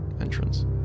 entrance